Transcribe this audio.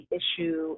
issue